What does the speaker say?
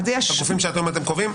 הגופים שאותם אתם גובים,